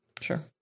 Sure